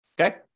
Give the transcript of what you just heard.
okay